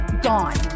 gone